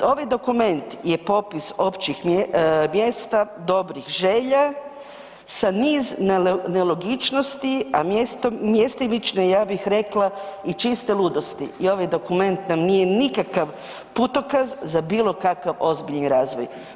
Ovaj dokument je popis općih mjesta, dobrih želja sa niz nelogičnosti, a mjestimične, ja bih rekla i čiste ludosti i ovaj dokument nam nije nikakav putokaz za bilo kakav ozbiljni razvoj.